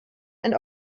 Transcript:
and